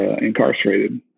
incarcerated